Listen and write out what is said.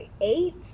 eight